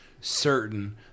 certain